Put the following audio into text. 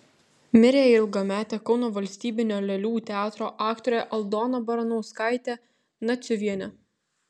mirė ilgametė kauno valstybinio lėlių teatro aktorė aldona baranauskaitė naciuvienė